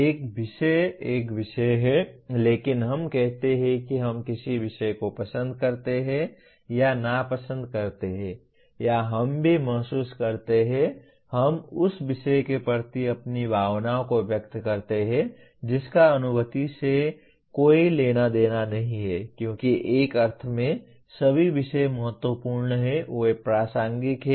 एक विषय एक विषय है लेकिन हम कहते हैं कि हम किसी विषय को पसंद करते हैं या नापसंद करते हैं या हम भी महसूस करते हैं हम उस विषय के प्रति अपनी भावनाओं को व्यक्त करते हैं जिसका अनुभूति से कोई लेना देना नहीं है क्योंकि एक अर्थ में सभी विषय महत्वपूर्ण हैं वे प्रासंगिक हैं